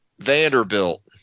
Vanderbilt